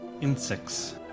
insects